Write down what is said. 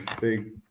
big